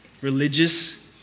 religious